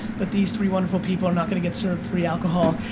but these three wonderful people are not gonna get served free alcohol.